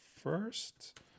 first